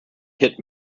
hit